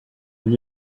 and